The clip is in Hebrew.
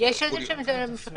וזה יכול להיות פיזיותרפיסט, מרפא